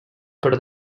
per